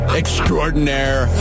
extraordinaire